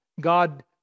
God